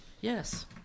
Yes